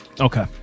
Okay